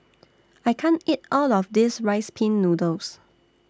I can't eat All of This Rice Pin Noodles